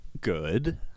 good